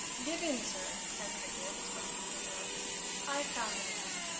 get in, sir, said pedgift, opening the door i've found the man.